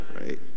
right